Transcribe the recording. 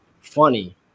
funny